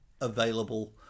available